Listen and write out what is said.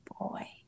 boy